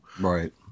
right